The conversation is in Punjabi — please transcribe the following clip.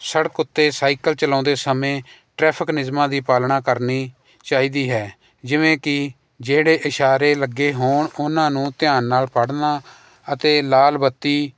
ਸੜਕ ਉੱਤੇ ਸਾਈਕਲ ਚਲਾਉਂਦੇ ਸਮੇਂ ਟਰੈਫਕ ਨਿਯਮਾਂ ਦੀ ਪਾਲਣਾ ਕਰਨੀ ਚਾਹੀਦੀ ਹੈ ਜਿਵੇਂ ਕਿ ਜਿਹੜੇ ਇਸ਼ਾਰੇ ਲੱਗੇ ਹੋਣ ਉਹਨਾਂ ਨੂੰ ਧਿਆਨ ਨਾਲ ਪੜ੍ਹਨਾ ਅਤੇ ਲਾਲ ਬੱਤੀ